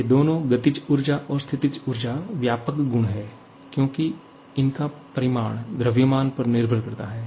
ये दोनों गतिज ऊर्जा और स्थितिज ऊर्जा व्यापक गुण हैं क्योंकि उनका परिमाण द्रव्यमान पर निर्भर करता है